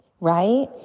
right